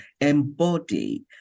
embody